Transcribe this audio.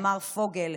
אמר פוגל,